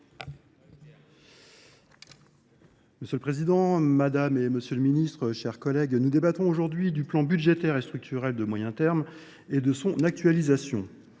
Monsieur le Président, Madame et Monsieur le Ministre, chers collègues, nous débattons aujourd'hui du plan budgétaire et structurel de moyen terme et de son actualisation